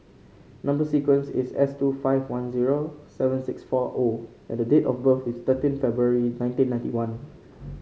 number sequence is S two five one zero seven six four O and the date of birth is thirteen February nineteen ninety one